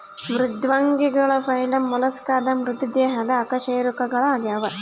ಮೃದ್ವಂಗಿಗಳು ಫೈಲಮ್ ಮೊಲಸ್ಕಾದ ಮೃದು ದೇಹದ ಅಕಶೇರುಕಗಳಾಗ್ಯವ